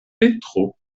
petro